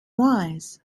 wise